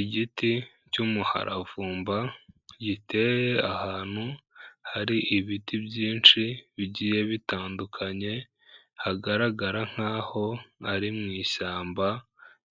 Igiti cy'umuharavumba giteye ahantu hari ibiti byinshi bigiye bitandukanye, hagaragara nkaho ari mu ishyamba